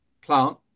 plant